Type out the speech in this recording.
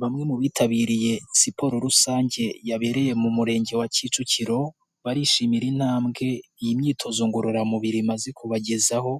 Bamwe mu bitabiriye siporo rusange yabereye mu Murenge wa Kicukiro barishimira intambwe iyi myitozo ngororamubiri imaze kubagezaho